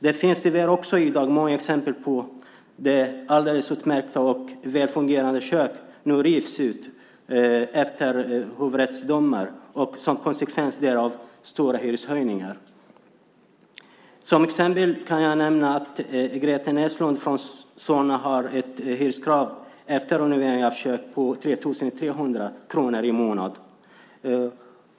Det finns tyvärr också i dag många exempel på att alldeles utmärkta och väl fungerande kök rivs ut efter hovrättsdomar, och som konsekvens därav blir det stora hyreshöjningar. Som exempel kan jag nämna att Greta Näslund från Solna efter renovering av kök nu har ett hyreskrav på 3 300 kronor i månaden.